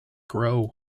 grow